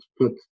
put